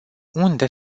unde